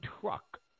truck